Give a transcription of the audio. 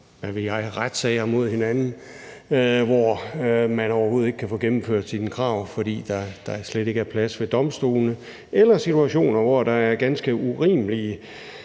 retssager mod hinanden, hvor man overhovedet ikke kan få gennemført sine krav, fordi der slet ikke er plads ved domstolene. Eller der kunne være situationer, hvor der er ganske urimelige